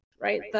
right